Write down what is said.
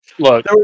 Look